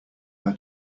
how